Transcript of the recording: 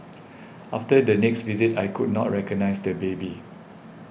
after the next visit I could not recognise the baby